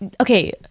Okay